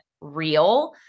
real